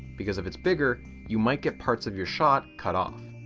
because if it's bigger you might get parts of your shot cut off.